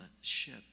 ship